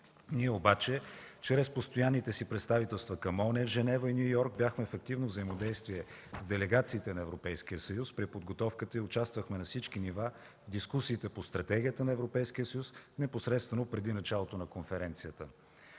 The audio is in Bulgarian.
Ние обаче чрез постоянните си представителства към ООН в Женева и Ню Йорк бяхме в ефективно взаимодействие с делегациите на Европейския съюз при подготовката и участвахме на всички нива в дискусиите по стратегията на Европейския съюз непосредствено преди началото на конференцията.